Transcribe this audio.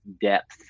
depth